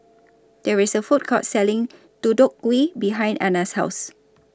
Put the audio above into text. There IS A Food Court Selling Deodeok Gui behind Anna's House